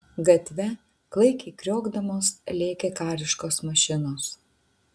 gatve klaikiai kriokdamos lėkė kariškos mašinos